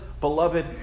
beloved